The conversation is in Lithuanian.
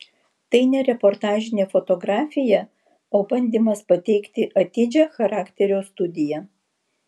tai ne reportažinė fotografija o bandymas pateikti atidžią charakterio studiją